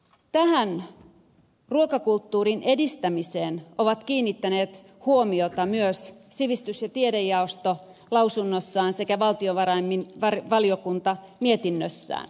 tähän ruokakulttuurin edistämiseen ovat kiinnittäneet huomiota myös sivistys ja tiedejaosto lausunnossaan sekä valtiovarainvaliokunta mietinnössään